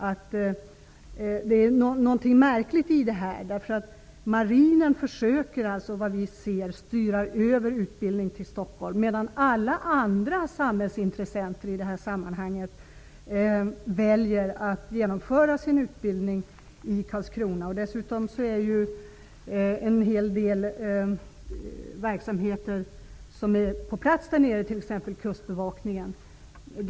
Det är någonting märkligt i detta. Marinen försöker styra över utbildning till Stockholm, medan alla andra samhällsintressenter i det här sammanhanget väljer att genomföra sin utbildning i Karlskrona. Dessutom finns en hel del verksamheter på plats där nere, t.ex. kustbevakningen.